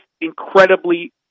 incredibly